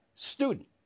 student